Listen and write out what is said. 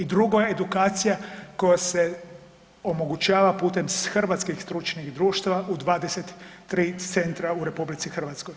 I drugo edukacija koja se omogućava putem hrvatskih stručnih društava u 23 centra u RH.